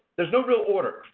there's no real order.